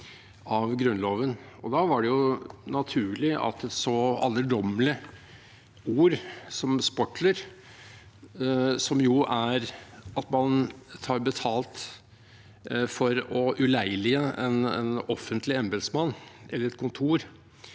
Da var det naturlig å se på et så alderdommelig ord som «Sportler», som er at man tar betalt for å uleilige en offentlig embetsmann eller et kontor,